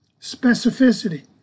Specificity